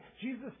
Jesus